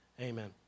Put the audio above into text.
amen